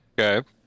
okay